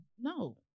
No